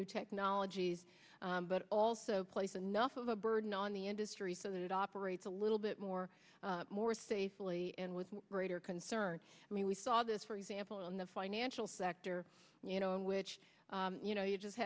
new technologies but also place enough of a burden on the industry so that it operates a little bit more more safely and with greater concern i mean we saw this for example in the financial sector you know in which you know you just